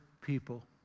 people